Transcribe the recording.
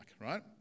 right